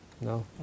No